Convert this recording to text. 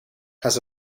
has